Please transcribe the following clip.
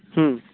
हं